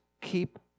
Keep